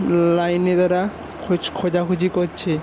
লাইনে তারা খোঁজাখুজি করছে